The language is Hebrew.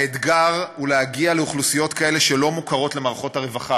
האתגר הוא להגיע לאוכלוסיות כאלה שלא מוכרות למערכות הרווחה,